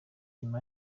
nyuma